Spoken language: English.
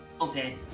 okay